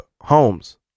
homes